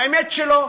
האמת שלו.